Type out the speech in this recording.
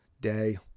day